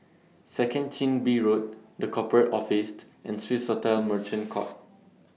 Second Chin Bee Road The Corporate Office and Swissotel Merchant Court